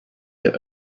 der